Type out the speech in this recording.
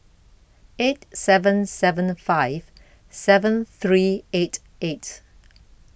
eight seven seven five seven three eight eight